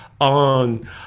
on